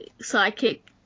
psychic